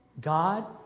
God